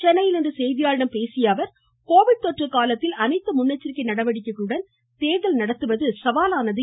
சென்னையில் இன்று செய்தியாளர்களிடம் பேசிய அவர் கோவிட் தொற்று காலத்தில் அனைத்து முன்னெச்சரிக்கை நடவடிக்கைகளுடன் தேர்தல் நடத்துவது சவாலானது என்றார்